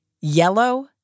Yellow